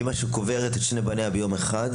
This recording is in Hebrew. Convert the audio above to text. אימא שקוברת את שני בניה ביום אחד,